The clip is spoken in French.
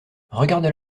regardes